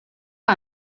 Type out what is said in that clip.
que